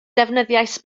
defnyddiais